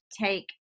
take